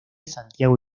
santiago